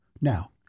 Now